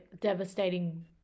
devastating